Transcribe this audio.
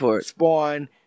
Spawn